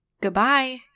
Goodbye